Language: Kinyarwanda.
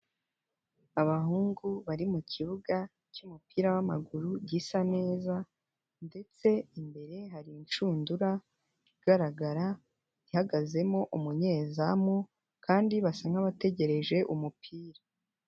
Abahungu bari mu kibuga cy'umupira w'amaguru gisa neza, ndetse imbere hari inshundura igaragara ihagazemo umunyezamu kandi basa nk'abategereje umupira.